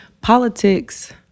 politics